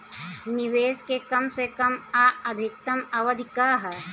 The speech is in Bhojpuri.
निवेश के कम से कम आ अधिकतम अवधि का है?